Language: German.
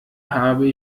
habe